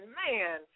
man